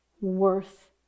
Worth